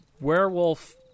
Werewolf